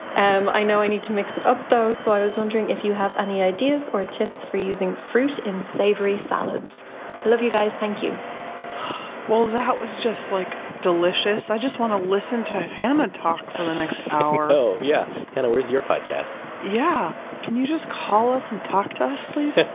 and i know i need to mix it up though. so i was wondering if you have any any ideas or tips for using fruit in savory salads? i love you guys. thank you well, that was just like delicious. i just want to listen to hannah talk for the next hour i know. yeah. hannah, where's your podcast? yeah. can you just call us and talk to us please?